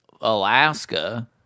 Alaska